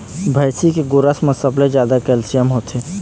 भइसी के गोरस म सबले जादा कैल्सियम होथे